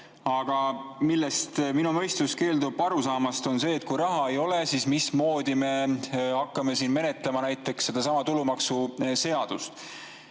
Aga millest minu mõistus keeldub aru saamast, on see, et kui raha ei ole, siis mismoodi me hakkame siin menetlema näiteks sedasama tulumaksuseadust.